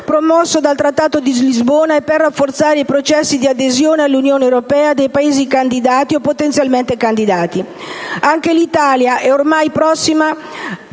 promosso dal Trattato di Lisbona e per rafforzare i processi di adesione all'Unione europea dei Paesi candidati o potenzialmente candidati. Anche l'Italia è ormai prossima,